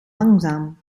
langzaam